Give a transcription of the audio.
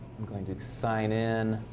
going to sign in